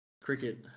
Cricket